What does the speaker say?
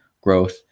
growth